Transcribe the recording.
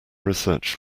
research